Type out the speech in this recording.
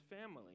family